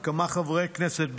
וכמה חברי כנסת,